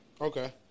Okay